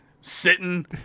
sitting